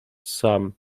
sam